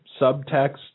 subtext